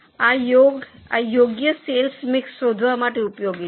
હવે આ યોગ્ય સેલ્સ મિક્સ શોધવા માટે ઉપયોગી છે